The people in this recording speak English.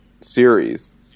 series